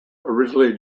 originally